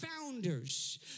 founders